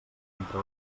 entre